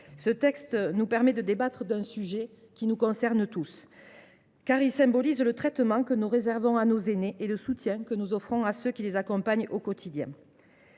Ce texte nous permet de débattre d’un sujet qui nous concerne tous, car il symbolise le traitement que nous réservons à nos aînés et le soutien que nous offrons à ceux qui les accompagnent au quotidien.